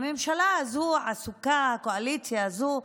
הממשלה הזו עסוקה, הקואליציה הזו,